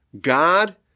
God